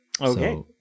Okay